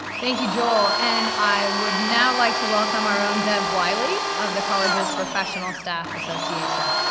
thank you joel, and i would now like to welcome our own bev wiley, of the college's professional staff association.